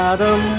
Adam